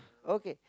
okay